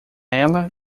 ela